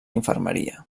infermeria